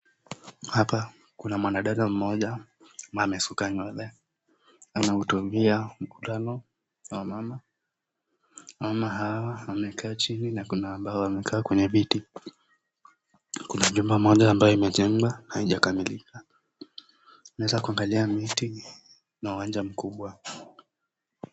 Hapa kuna mwanadada mmoja ambaye ameshuka nywele anahutubia mkutano wa wamama, wamama hawa wamekaa chini na kuna ambao wamekaa kwenye viti, kuna jumba moja ambayo imejengwa na haijakamilika,b unaweza kuangalia miti na uwanja mkubwa.